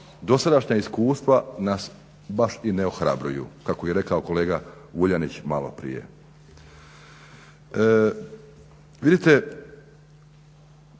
do sadašnja iskustva nas baš i ne ohrabruju kako je i rekao kolega Vuljanić maloprije.